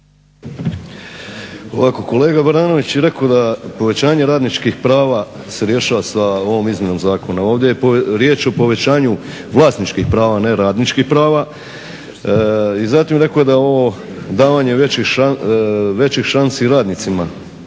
kolega Baranović je rekao da povećanje radničkih prava se rješava sa ovom izmjenom zakona. Ovdje je riječ o povećanju vlasničkih prava, ne radničkih prava. I zatim rekao je da je ovo davanje većih šansi radnicima,